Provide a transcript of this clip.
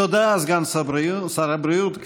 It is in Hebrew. תודה, סגן שר הבריאות.